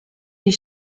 die